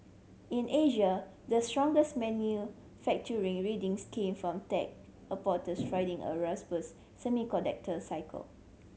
in Asia the strongest manufacturing readings came from tech riding a semiconductor cycle